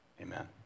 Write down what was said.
amen